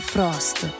Frost